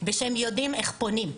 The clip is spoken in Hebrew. ושהם יודעים איך פונים.